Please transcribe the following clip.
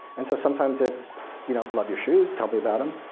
and so sometimes, it's you know love your shoes, tell me about them.